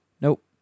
Nope